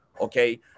okay